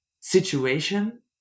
situation